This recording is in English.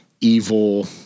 evil